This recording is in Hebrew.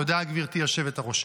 תודה, גברתי היושבת-ראש.